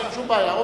אין שום בעיה.